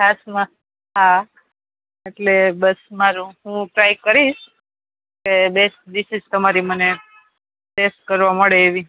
છાસમાં હા એટલે બસ મારું હું ટ્રાય કરીશ કે બેસ્ટ ડિશિસ તમારી મને ટેસ્ટ કરવા મળે એવી